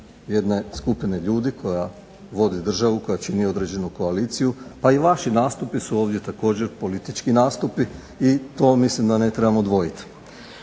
jedne skupine ljudi koja vodi državu, koja čini određenu koaliciju, pa i vaš nastupi su također politički nastupi i to mislim da ne trebamo dvojiti.